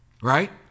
right